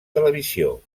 televisió